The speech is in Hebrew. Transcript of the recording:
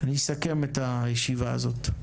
אני אסכם את הישיבה הזאת,